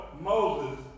Moses